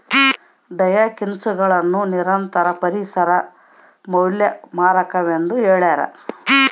ಡಯಾಕ್ಸಿನ್ಗಳನ್ನು ನಿರಂತರ ಪರಿಸರ ಮಾಲಿನ್ಯಕಾರಕವೆಂದು ಹೇಳ್ಯಾರ